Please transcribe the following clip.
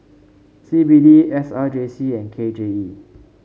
C B D S R J C and K J E